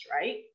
right